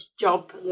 job